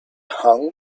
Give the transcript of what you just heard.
hong